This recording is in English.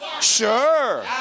Sure